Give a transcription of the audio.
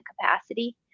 capacity